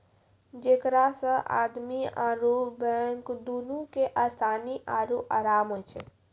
जेकरा से आदमी आरु बैंक दुनू के असानी आरु अराम होय छै